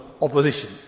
opposition